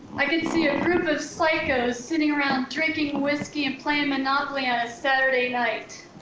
i could see a group of psychos sitting around drinking whiskey and playing monopoly on a saturday night,